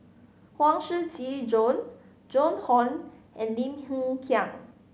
Huang Shiqi Joan Joan Hon and Lim Hng Kiang